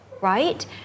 right